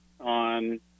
on